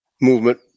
movement